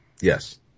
Yes